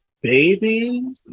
Baby